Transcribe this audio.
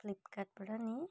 फ्लिपकार्टबाट नि